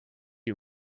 you